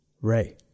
Ray